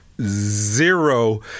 zero